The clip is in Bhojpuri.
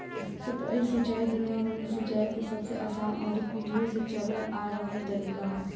सतही सिंचाई दुनियाभर में सिंचाई के सबसे आसान अउरी पीढ़ियो से चलल आ रहल तरीका ह